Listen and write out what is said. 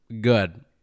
good